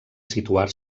situar